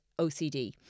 OCD